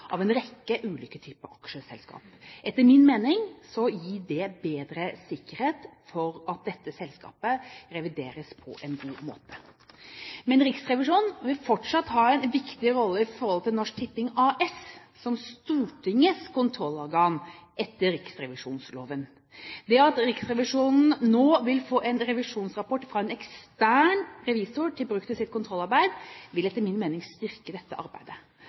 av en rekke ulike typer aksjeselskaper. Etter min mening gir det bedre sikkerhet for at dette selskapet revideres på en god måte. Men Riksrevisjonen, som Stortingets kontrollorgan etter riksrevisjonsloven, vil fortsatt ha en viktig rolle i forhold til Norsk Tipping AS. Det at Riksrevisjonen nå vil få en revisjonsrapport fra en ekstern revisor til bruk i sitt kontrollarbeid, vil etter min mening styrke dette arbeidet.